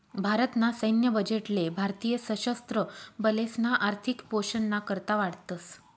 भारत ना सैन्य बजेट ले भारतीय सशस्त्र बलेसना आर्थिक पोषण ना करता वाटतस